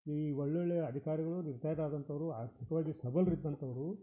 ಈ ಒಳ್ಳೊಳ್ಳೆಯ ಅಧಿಕಾರಿಗಳು ರಿಟೈರ್ ಆದಂಥವ್ರು ಆರ್ಥಿಕ್ವಾಗಿ ಸಬಲರು ಇದ್ದಂಥವ್ರು